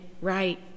right